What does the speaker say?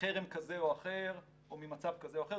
מחרם כזה או אחר או ממצב כזה או אחר,